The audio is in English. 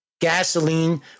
Gasoline